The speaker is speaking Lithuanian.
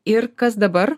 ir kas dabar